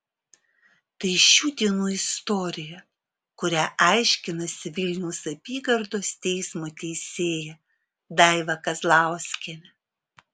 tai šių dienų istorija kurią aiškinasi vilniaus apygardos teismo teisėja daiva kazlauskienė